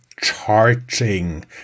charging